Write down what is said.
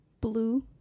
Blue